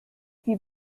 die